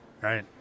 Right